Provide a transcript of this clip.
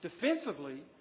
defensively